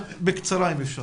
בקצרה אם אפשר.